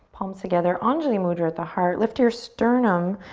palms together, anjuli mudra at the heart. lift your sternum,